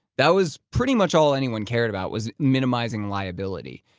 that was pretty much all anyone cared about, was minimizing liability.